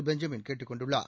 Benjamin கேட்டுக் கொண்டுள்ளார்